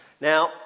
Now